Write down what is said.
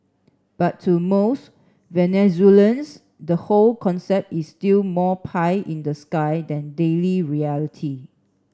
but to most Venezuelans the whole concept is still more pie in the sky than daily reality